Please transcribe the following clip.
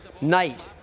night